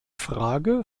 frage